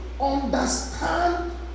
understand